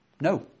no